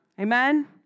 Amen